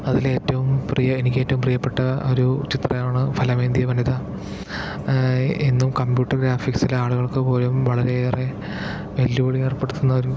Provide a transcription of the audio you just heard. അതിലേറ്റവും പ്രിയം എനിക്കേറ്റവും പ്രിയപ്പെട്ട ഒരു ചിത്രമാണ് ഫലമേന്തിയ വനിത ഇന്നും കമ്പ്യൂട്ടർ ഗ്രാഫിക്സിൽ ആളുകൾക്ക് പോലും വളരെയേറെ വെല്ലുവിളി ഏർപ്പെടുത്തുന്ന ഒരു